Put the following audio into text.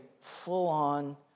full-on